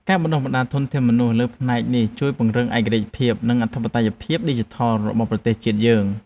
ការបណ្តុះបណ្តាលធនធានមនុស្សផ្នែកនេះជួយពង្រឹងឯករាជ្យភាព និងអធិបតេយ្យភាពឌីជីថលរបស់ប្រទេសជាតិយើង។